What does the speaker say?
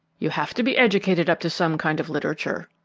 you have to be educated up to some kind of literature.